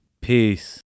Peace